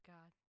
God